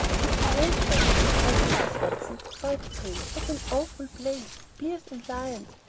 good gracious! cried mrs. watson, quite pale what an awful place! bears and lions!